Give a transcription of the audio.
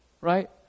right